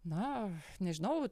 na nežinau